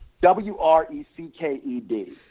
W-R-E-C-K-E-D